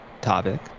topic